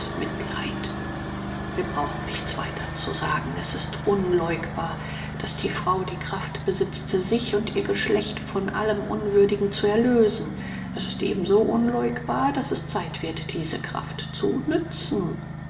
mitleid wir brauchen nichts weiter zu sagen es ist unläugbar daß die frau die kraft besitzt sich und ihr geschlecht von allem unwürdigen zu erlösen es ist ebenso unläugbar daß es zeit wird diese kraft zu nützen